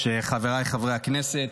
חבריי חברי הכנסת,